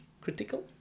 Critical